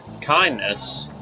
kindness